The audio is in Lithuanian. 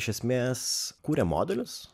iš esmės kūrė modelius